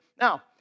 Now